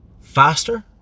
faster